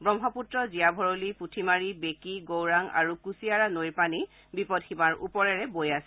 ব্ৰহ্মপুত্ৰ জীয়াভৰলী পুঠিমাৰী বেঁকী গৌৰাং আৰু কুচিয়াৰা নৈৰ পানী বিপদসীমাৰ ওপৰেৰে বৈ আছে